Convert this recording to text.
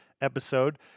episode